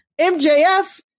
MJF